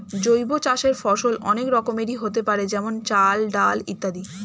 জৈব চাষের ফসল অনেক রকমেরই হতে পারে যেমন চাল, ডাল ইত্যাদি